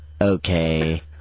Okay